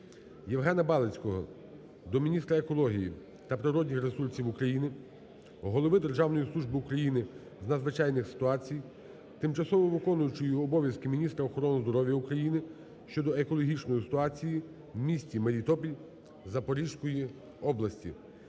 Євгена Балицького до міністра екології та природних ресурсів України, голови Державної служби України з надзвичайних ситуацій, тимчасово виконуючої обов'язки міністра охорони здоров'я України щодо екологічної ситуації в місті Мелітополь Запорізької області.